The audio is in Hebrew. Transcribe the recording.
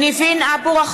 (קוראת בשמות חברי הכנסת) ניבין אבו רחמון,